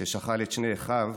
ששכל את שני אחיו.